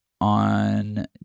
on